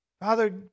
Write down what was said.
Father